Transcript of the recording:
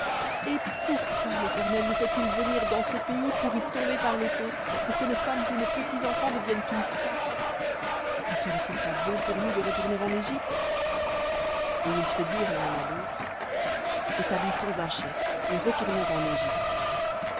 et pourquoi l'éternel nous fait-il venir dans ce pays pour y tomber par l'épée pour que nos femmes et nos petits enfants deviennent une proie ne serait-il pas bon pour nous de retourner en égypte et ils se dirent l'un à l'autre établissons un chef et retournons en égypte